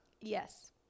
Yes